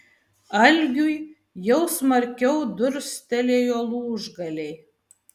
algiui jau smarkiau durstelėjo lūžgaliai